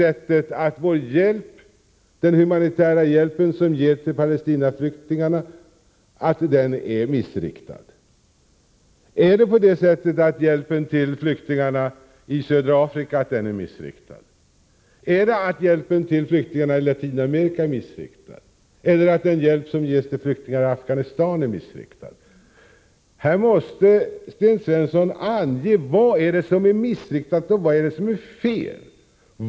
Är den humanitära hjälp vi ger till Palestinaflyktingarna missriktad? Är hjälpen till flyktingarna i södra Afrika missriktad? Är hjälpen till flyktingarna i Latinamerika missriktad — eller den hjälp som ges till flyktingarna i Afghanistan? Här måste Sten Svensson ange vad det är som är missriktat och vad det är som är fel.